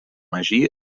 magí